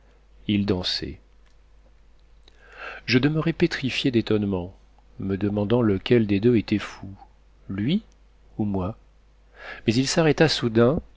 il dansait je demeurais pétrifié d'étonnement me demandant lequel des deux était fou lui ou moi mais il s'arrêta soudain